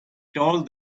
told